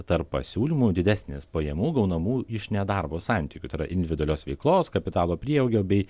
tarp pasiūlymų didesnės pajamų gaunamų iš ne darbo santykių tai yra individualios veiklos kapitalo prieaugio bei